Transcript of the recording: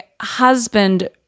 husband